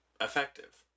effective